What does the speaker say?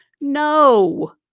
no